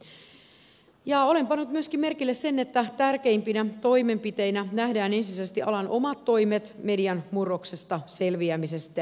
olen pannut myöskin merkille sen että tärkeimpinä toimenpiteinä nähdään ensisijaisesti alan omat toimet median murroksesta selviämiseksi